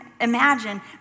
imagine